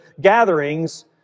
gatherings